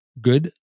good